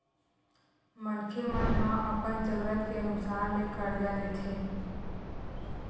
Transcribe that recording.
मनखे मन ह अपन जरूरत के अनुसार ले करजा लेथे